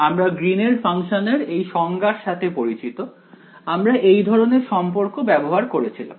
আমরা গ্রীন এর ফাংশনের এই সংজ্ঞার সাথে পরিচিত আমরা এই ধরনের সম্পর্ক ব্যবহার করেছিলাম